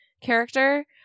character